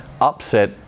upset